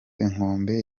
inkombe